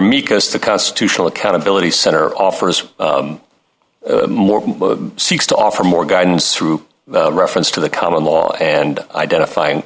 mika's the constitutional accountability center offer as more seeks to offer more guidance through reference to the common law and identifying